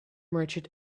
merchant